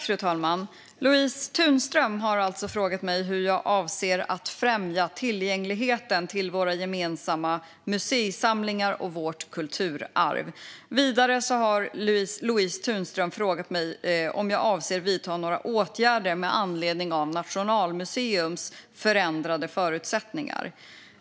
Fru talman! Louise Thunström har frågat mig hur jag avser att främja tillgängligheten till våra gemensamma museisamlingar och vårt kulturarv. Vidare har Louise Thunström frågat mig om jag avser att vidta några åtgärder med anledning av Nationalmuseums förändrade förutsättningar.